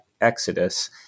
Exodus